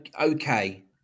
Okay